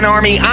Army